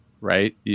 right